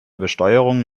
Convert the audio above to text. besteuerung